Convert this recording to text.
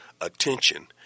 attention